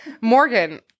morgan